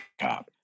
cop